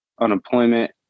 unemployment